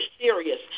serious